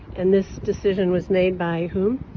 and this decision was made by who?